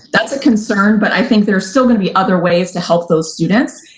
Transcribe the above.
that's a concern, but i think there are still going to be other ways to help those students.